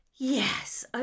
Yes